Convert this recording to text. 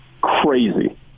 crazy